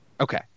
Okay